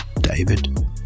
David